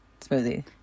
smoothie